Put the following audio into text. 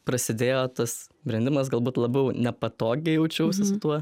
prasidėjo tas brendimas galbūt labiau nepatogiai jaučiausi su tuo